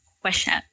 question